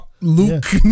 Luke